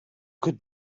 could